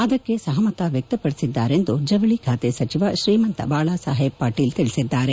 ಅದಕ್ಕೆ ಸಹಮತ ವ್ಯಕ್ತಪಡಿಸಿದ್ದಾರೆ ಎಂದು ಜವಳಿ ಸಚಿವ ಶ್ರೀಮಂತ ಬಾಳಾ ಸಾಹೇಬ್ ಪಾಟೀಲ್ ತಿಳಿಸಿದ್ದಾರೆ